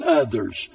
others